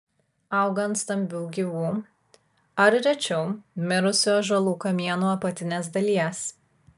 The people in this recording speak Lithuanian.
auga ant stambių gyvų ar rečiau mirusių ąžuolų kamienų apatinės dalies